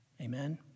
Amen